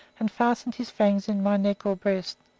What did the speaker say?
and fastened his fangs in my neck or breast.